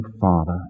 Father